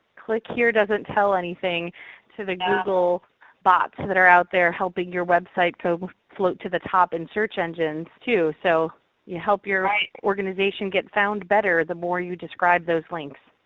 click here doesn't tell anything to the google bots that are out there helping your website code float to the top in search engines too. so you help your organization get found better, the more you describe those links.